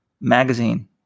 magazine